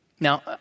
Now